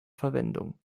verwendung